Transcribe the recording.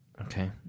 Okay